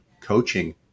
coaching